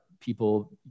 people